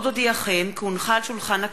עוד אודיעכם כי הונחו על שולחן הכנסת,